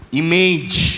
image